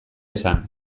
esan